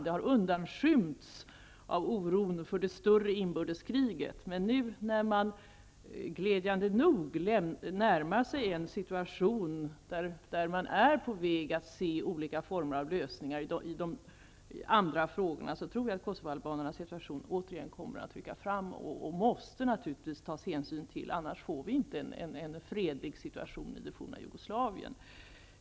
Den har undanskymts av oron för ett större inbördeskrig, men nu när man glädjande nog närmar sig en situation där man ser olika lösningar på andra frågor tror jag att kosovoalbanernas situation åter kommer att rycka fram. Den måste man också ta hänsyn till, annars får vi inte en fredlig situation i den forna Jugoslavien.